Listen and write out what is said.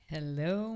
Hello